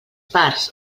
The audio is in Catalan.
parts